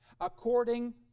according